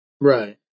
right